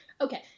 Okay